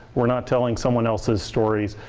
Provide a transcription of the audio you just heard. we're not telling someone else's stories,